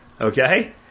Okay